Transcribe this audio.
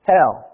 Hell